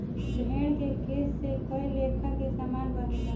भेड़ के केश से कए लेखा के सामान बनेला